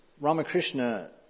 Ramakrishna